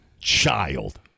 child